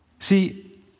See